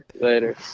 Later